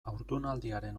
haurdunaldiaren